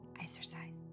exercise